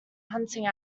hunting